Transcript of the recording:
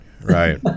Right